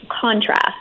contrast